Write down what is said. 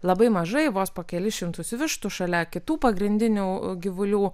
labai mažai vos po kelis šimtus vištų šalia kitų pagrindinių gyvulių